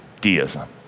deism